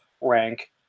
rank